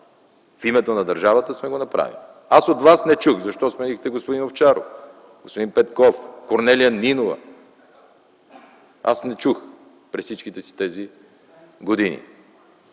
в името на държавата сме го направили. Аз от Вас не чух защо сменихте господин Овчаров, господин Петков, Корнелия Нинова. Аз не чух – през всичките тези години.